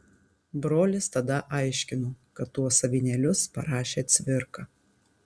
brolis tada aiškino kad tuos avinėlius parašė cvirka